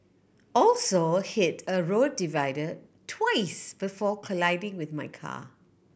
also hit a road divider twice before colliding with my car